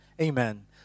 Amen